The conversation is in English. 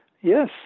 yes